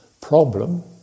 problem